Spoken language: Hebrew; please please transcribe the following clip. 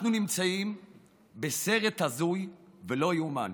אנחנו נמצאים בסרט הזוי ולא ייאמן.